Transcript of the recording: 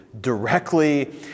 directly